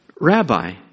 Rabbi